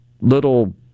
little